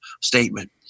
statement